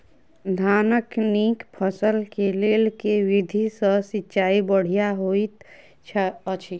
धानक नीक फसल केँ लेल केँ विधि सँ सिंचाई बढ़िया होइत अछि?